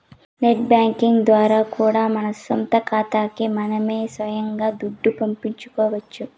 net banking ద్వారా కూడా మన సొంత కాతాలకి మనమే సొయంగా దుడ్డు పంపుకోవచ్చు